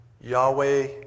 Yahweh